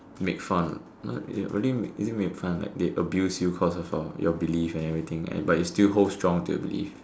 make fun not really is it make fun like they abuse you because of your belief and everything but you still hold strong to your belief